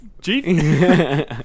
Chief